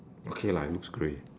okay lah it looks grey